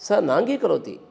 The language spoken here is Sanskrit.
सः न अङ्गीकरोति